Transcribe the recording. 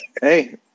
hey